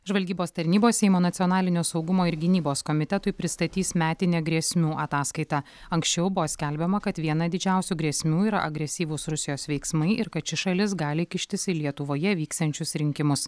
žvalgybos tarnybos seimo nacionalinio saugumo ir gynybos komitetui pristatys metinę grėsmių ataskaitą anksčiau buvo skelbiama kad viena didžiausių grėsmių yra agresyvūs rusijos veiksmai ir kad ši šalis gali kištis į lietuvoje vyksiančius rinkimus